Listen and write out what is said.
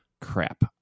crap